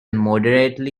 moderately